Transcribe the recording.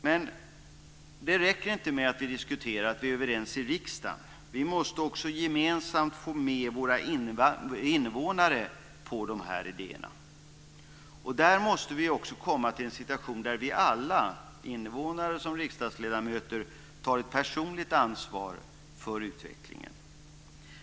Men det räcker inte med att vi diskuterar och är överens i riksdagen. Vi måste också gemensamt få med våra invånare på dessa idéer. Där måste vi komma till en situation där vi alla, invånare som riksdagsledamöter, tar ett personligt ansvar för utvecklingen.